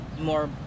more